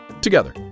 together